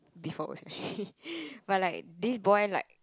before I was big but like this boy like